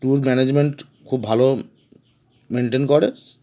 tour management খুব ভালো maintain করে